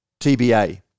TBA